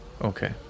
Okay